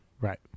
Right